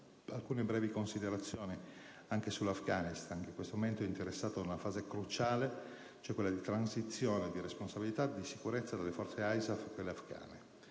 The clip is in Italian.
alcune breve considerazioni anche sull'Afghanistan, che in questo momento è interessato da una fase cruciale, quella della transizione delle responsabilità di sicurezza dalle forze ISAF a quelle afgane.